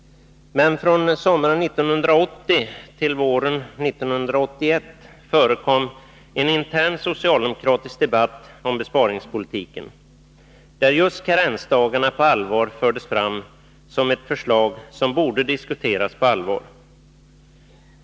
Men från sommaren 1980 till våren 1981 förekom en intern socialdemokratisk debatt om besparingspolitiken, där just införandet av karensdagar fördes fram som ett förslag som borde diskuteras på allvar.